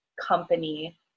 company